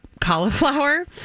cauliflower